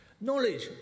Knowledge